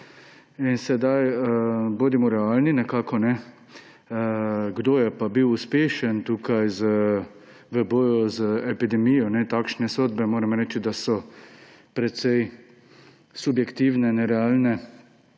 WHO. Bodimo realni −, kdo je pa bil uspešen v boju z epidemijo? Takšne sodbe moram reči, da so precej subjektivne, nerealne,